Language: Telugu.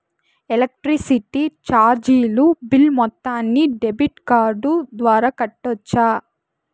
ఎలక్ట్రిసిటీ చార్జీలు బిల్ మొత్తాన్ని డెబిట్ కార్డు ద్వారా కట్టొచ్చా?